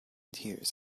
tears